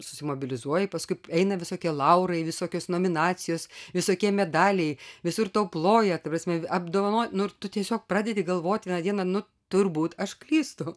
susimobilizuoji paskui eina visokie laurai visokios nominacijos visokie medaliai visur tau ploja ta prasme apdovanoja nu ir tu tiesiog pradedi galvoti vieną dieną nu turbūt aš klystu